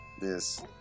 this-